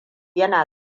yana